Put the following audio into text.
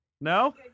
No